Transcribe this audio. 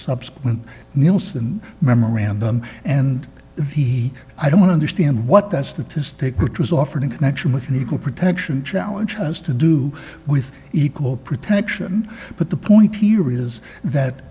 subsequent nielson memorandum and v i don't understand what that statistic which was offered in connection with an equal protection challenge has to do with equal protection but the point here is that